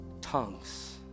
tongues